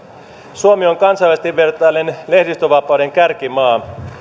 suomi on kansainvälisesti vertaillen lehdistönvapauden kärkimaa